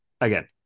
again